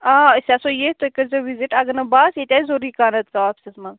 آ أسۍ آسو ییٚتھۍ تُہۍ کٔرۍزیٚو وِزِیٹ اگر نہٕ بہٕ آسہٕ ییٚتہِ آسہِ ضروٗری کانٛہہ نَتہٕ کانٛہہ آفسَس منٛز